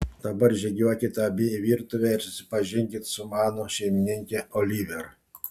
dabar žygiuokit abi į virtuvę ir susipažinkit su mano šeimininke oliver